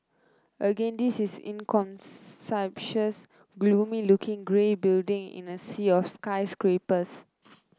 again this is an inconspicuous gloomy looking grey building in a sea of skyscrapers